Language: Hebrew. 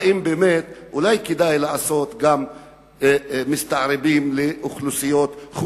אולי כדאי לעשות מסתערבים גם לאוכלוסיות אחרות,